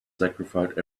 sacrificed